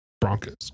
Broncos